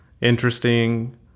interesting